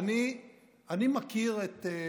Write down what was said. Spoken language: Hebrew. אני אומר לך,